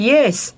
Yes